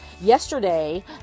Yesterday